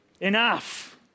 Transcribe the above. Enough